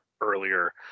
earlier